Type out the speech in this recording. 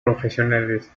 profesionales